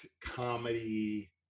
comedy